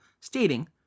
stating